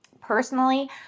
Personally